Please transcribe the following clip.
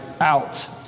out